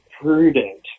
prudent